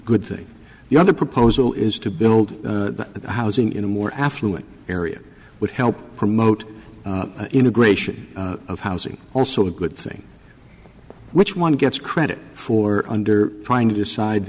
good things the other proposal is to build housing in a more affluent area would help promote integration of housing also a good thing which one gets credit for under trying to decide